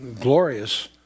glorious